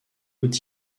haut